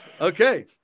Okay